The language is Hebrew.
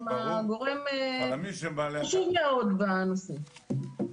הם גורם חשוב מאוד בנושא.